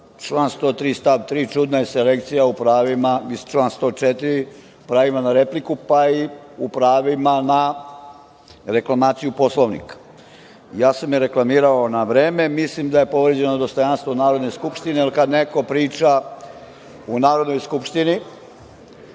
stav 3, čudna je selekcija u pravima, i član 104, na repliku, pa i u pravima na reklamaciju Poslovnika. Reklamirao sam je na vreme. Mislim da je povređeno dostojanstvo Narodne skupštine, jer kad neko priča u Narodnoj skupštini,